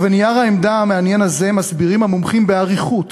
ובנייר העמדה המעניין הזה מסבירים המומחים באריכות